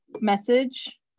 message